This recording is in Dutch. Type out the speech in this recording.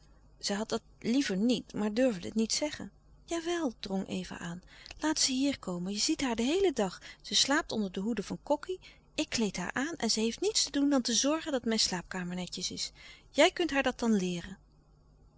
zij had dat liever niet maar durfde het niet zeggen jawel drong eva aan laat ze hier komen je ziet haar den heelen dag ze slaapt onder de hoede van kokkie ik kleed haar aan en ze heeft niets te doen dan te zorgen dat mijn slaapkamer netjes is jij kunt haar dat dan leeren